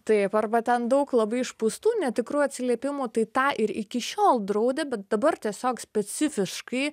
taip arba ten daug labai išpūstų netikrų atsiliepimų tai tą ir iki šiol draudė bet dabar tiesiog specifiškai